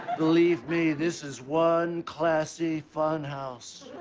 believe me, this is one classy fun house.